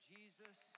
Jesus